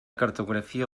cartografia